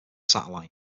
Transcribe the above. satellite